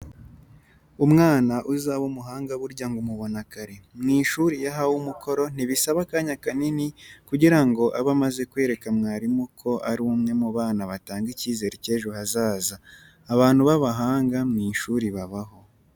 Umwana uzaba umuhanga buryo ngo umubona kare. Mu ishuri, iyo ahawe umukoro ntibisaba akanya kanini kugira ngo abe amaze kwereka mwarimu ko ari umwe mu bana batanga icyizere cy'ejo hazaza. Abantu b'abahanga mu ishuri babaho.